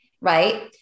right